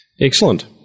Excellent